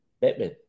Batman